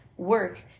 work